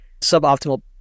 suboptimal